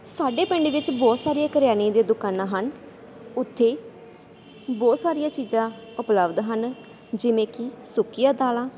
ਸਾਡੇ ਪਿੰਡ ਵਿੱਚ ਬਹੁਤ ਸਾਰੀਆਂ ਕਰਿਆਨੇ ਦੀਆਂ ਦੁਕਾਨਾਂ ਹਨ ਉੱਥੇ ਬਹੁਤ ਸਾਰੀਆਂ ਚੀਜ਼ਾਂ ਉਪਲੱਬਧ ਹਨ ਜਿਵੇਂ ਕਿ ਸੁੱਕੀਆਂ ਦਾਲਾਂ